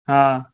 हाँ